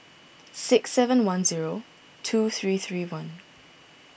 six seven one zero two three three one